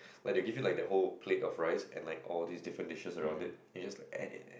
like they give you like that whole plate of rice and like all this different dishes around it you just like add